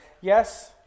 Yes